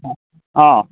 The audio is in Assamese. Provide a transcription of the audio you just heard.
অ